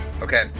Okay